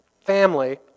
family